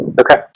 Okay